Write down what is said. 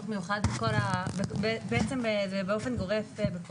בעצם זה באופן גורף,